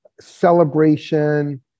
celebration